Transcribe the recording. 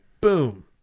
Boom